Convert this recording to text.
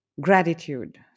gratitude